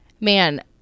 Man